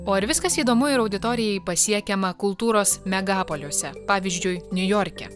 o ar viskas įdomu ir auditorijai pasiekiama kultūros megapoliuose pavyzdžiui niujorke